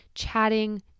chatting